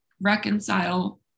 reconcile